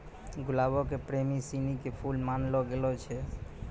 गुलाबो के प्रेमी सिनी के फुल मानलो गेलो छै